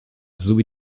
sowie